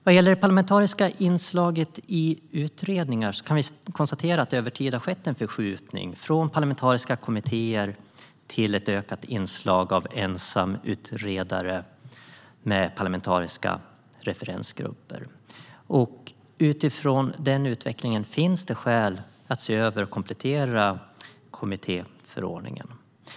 Vad gäller det parlamentariska inslaget i utredningar kan vi konstatera att det över tid har skett en förskjutning från parlamentariska kommittéer till ett ökat inslag av ensamutredare med parlamentariska referensgrupper. Utifrån den utvecklingen finns det skäl att se över och komplettera kommittéförordningen.